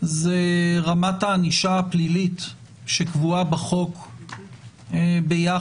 זה רמת הענישה הפלילית שקבועה בחוק ביחס